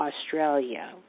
Australia